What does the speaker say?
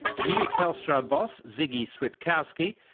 the new telstra boss, ziggy switkowsky,